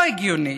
לא הגיונית,